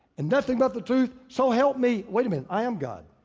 and nothing but the truth so help me. wait a minute, i am god.